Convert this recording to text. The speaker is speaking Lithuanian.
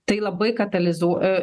tai labai katalizuo a